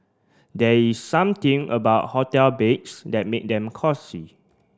there is something about hotel beds that make them cosy